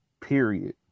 period